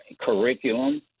curriculum